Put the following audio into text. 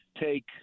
take